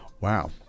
Wow